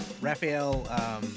Raphael